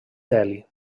delhi